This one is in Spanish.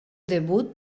debut